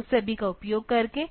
उस सभी का उपयोग करके